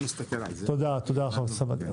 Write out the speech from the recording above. תודה, חבר הכנסת סעדי.